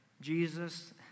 Jesus